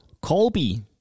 Colby